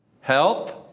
Health